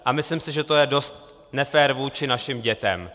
A myslím si, že to je dost nefér vůči našim dětem.